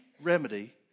remedy